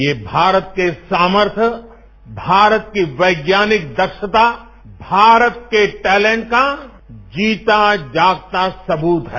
ये भारत के सामर्थ्य भारत की वैज्ञानिक दक्षता भारत के टैलेंट का जीता जागता सब्रत है